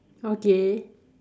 okay